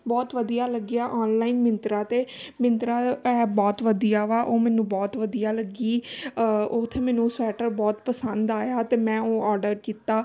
ਬਹੁਤ ਵਧੀਆ ਲੱਗਿਆ ਔਨਲਾਈਨ ਮਿੰਤਰਾ 'ਤੇ ਮਿੰਤਰਾ ਐਪ ਬਹੁਤ ਵਧੀਆ ਵਾ ਉਹ ਮੈਨੂੰ ਬਹੁਤ ਵਧੀਆ ਲੱਗੀ ਉੱਥੇ ਮੈਨੂੰ ਸਵੈਟਰ ਬਹੁਤ ਪਸੰਦ ਆਇਆ ਅਤੇ ਮੈਂ ਉਹ ਔਡਰ ਕੀਤਾ